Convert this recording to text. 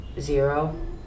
Zero